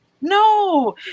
no